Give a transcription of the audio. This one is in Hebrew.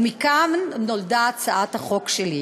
ומכאן נולדה הצעת החוק שלי.